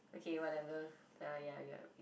okay whatever ah ya it's your turn